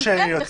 כן, בכתב.